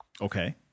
Okay